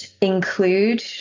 include